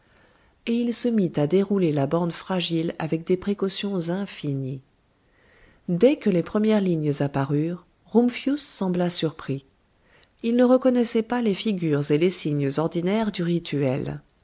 et il se mit à dérouler la bande fragile avec des précautions infinies dès que les premières lignes apparurent rumphius sembla surpris il ne reconnaissait pas les figures et les signes ordinaires du